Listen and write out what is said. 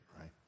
right